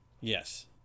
Yes